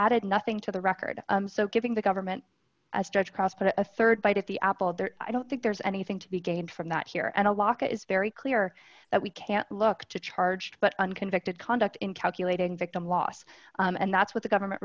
added nothing to the record so giving the government a stretch across but a rd bite at the apple i don't think there's anything to be gained from that here and a lock is very clear that we can look to charge but on convicted conduct in calculating victim loss and that's what the government